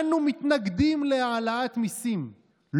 אנו מתנגדים להעלאת מיסים.